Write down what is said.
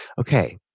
Okay